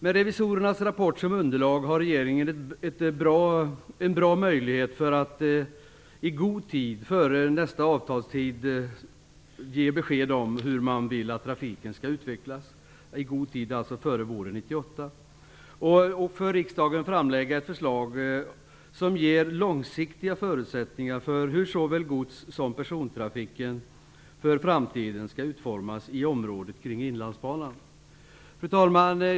Med revisorernas rapport som underlag har regeringen en bra möjlighet att i god tid före nästa avtalstid, dvs. före 1998, ge besked om hur man vill att trafiken skall utvecklas och för riksdagen framlägga ett förslag som ger långsiktiga förutsättningar för hur såväl gods som persontrafiken för framtiden skall utformas i området kring Inlandsbanan. Fru talman!